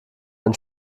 ein